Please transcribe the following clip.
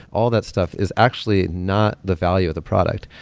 all that stuff is actually not the value of the product.